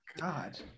God